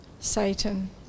satan